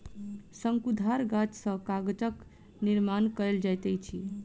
शंकुधर गाछ सॅ कागजक निर्माण कयल जाइत अछि